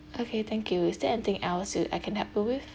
okay thank you is there anything else yo~ I can help you with